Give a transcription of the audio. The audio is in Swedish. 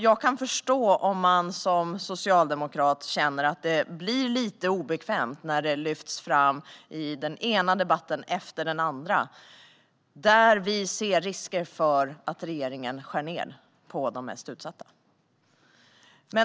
Jag kan förstå om man som socialdemokrat känner att det blir lite obekvämt när det i den ena debatten efter den andra lyfts fram att vi ser en risk att regeringen skär ned på de mest utsatta.